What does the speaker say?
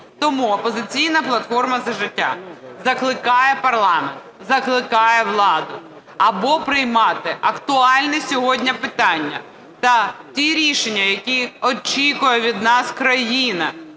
Тому "Опозиційна платформа – За життя" закликає парламент, закликає владу або приймати актуальні сьогодні питання та ті рішення, які очікує від нас країна,